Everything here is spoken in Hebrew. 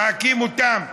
להקים אותן,